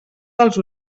dels